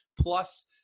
plus